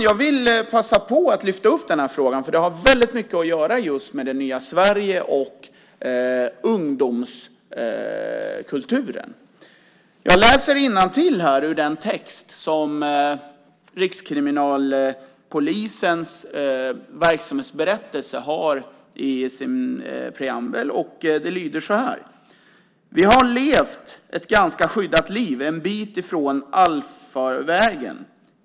Jag vill passa på att lyfta fram den här frågan eftersom den har väldigt mycket att göra med det nya Sverige och ungdomskulturen. Jag ska läsa innantill ur Rikskriminalpolisens verksamhetsberättelse. Där står följande: "Vi har levt ett ganska skyddat liv en bit från allfarvägen.